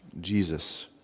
Jesus